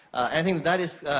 i think that is,